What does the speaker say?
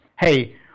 hey